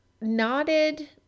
nodded